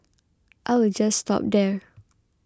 I will just stop there